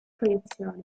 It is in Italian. proiezione